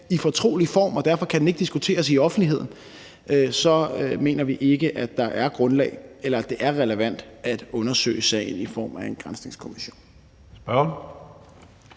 i fortrolig form – og derfor kan den ikke diskuteres i offentligheden – så mener vi ikke, at det er relevant at undersøge sagen i form af en granskningskommission.